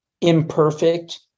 imperfect